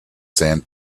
sand